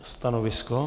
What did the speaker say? Stanovisko?